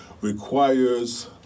requires